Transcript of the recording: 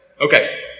Okay